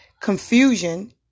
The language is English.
confusion